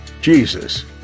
Jesus